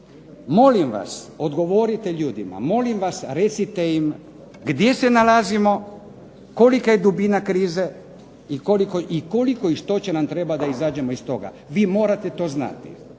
molim vas odgovorite ljudima, molim vas recite im gdje se nalazimo, kolika je dubina krize i koliko i što će nam trebati da izađemo iz toga. Vi morate to znati.